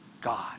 God